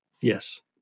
Yes